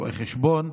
רואי חשבון,